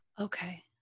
Okay